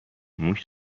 موش